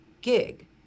gig